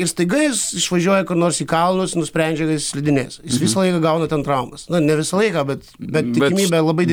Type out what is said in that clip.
ir staiga jis išvažiuoja kur nors į kalnus nusprendžia kad slidinės visą laiką gauna ten traumas ne visą laiką bet bet tikimybė labai